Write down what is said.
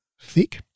thick